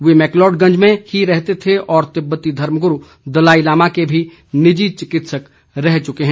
वे मैकलोडगंज में ही रहते थे और तिब्बती धर्मगुरु दलाई लामा के भी निजी चिकित्सक रह चुके है